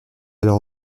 alors